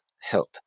help